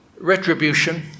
retribution